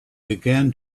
began